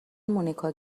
مونیکا